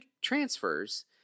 transfers